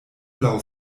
laŭ